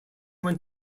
went